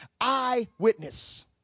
Eyewitness